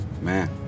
Man